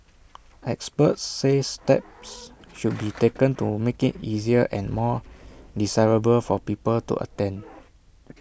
experts say steps should be taken to make IT easier and more desirable for people to attend